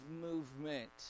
movement